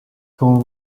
quand